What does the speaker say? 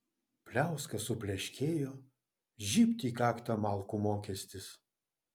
pliauska supleškėjo žybt į kaktą malkų mokestis